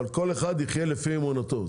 אבל כל אחד יחיה לפי אמונתו.